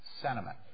Sentiment